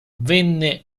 venne